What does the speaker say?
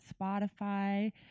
Spotify